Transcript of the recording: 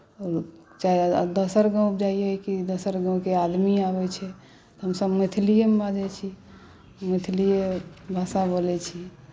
आओर चाहे दोसर गाँव जाइयै कि दोसर गाँवके आदमी आबैत छै तऽ हमसभ मैथिलीएमे बाजैत छी मैथिलीए भाषा बोलैत छी